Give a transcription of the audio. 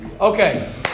Okay